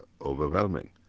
overwhelming